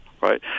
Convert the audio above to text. right